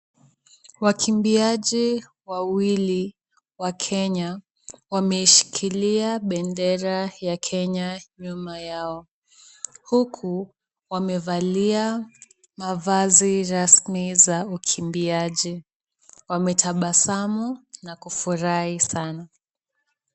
Wakimbiaji wawili wa Kenya wameshikilia bendera ya Kenya nyuma yao, huku wamevalia mavazi rasmi za ukimbiaji, wametabasamu na kufurahi sana.